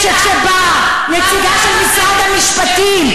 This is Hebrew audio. ואיך יכול להיות שכשבאה נציגה של משרד המשפטים,